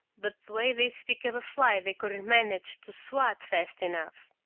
but the way they'd speak of a fly they couldn't manage to swat fast enough.